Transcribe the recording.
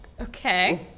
Okay